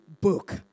book